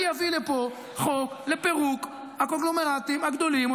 אני אביא לפה חוק לפירוק הקונגלומרטים הגדולים,